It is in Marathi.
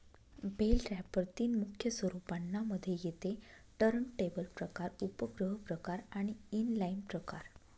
बेल रॅपर तीन मुख्य स्वरूपांना मध्ये येते टर्नटेबल प्रकार, उपग्रह प्रकार आणि इनलाईन प्रकार